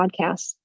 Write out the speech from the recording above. podcasts